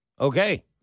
Okay